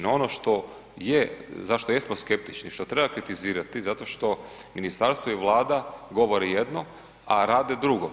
No, ono što je, zašto jesmo skeptični što treba kritizirati zato što ministarstvo i Vlada govore jedno, a rade drugo.